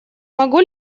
могу